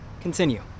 continue